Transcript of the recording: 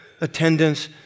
attendance